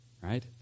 right